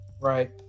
right